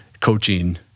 coaching